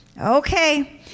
Okay